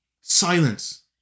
silence